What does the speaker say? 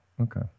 Okay